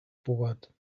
bored